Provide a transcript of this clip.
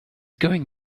going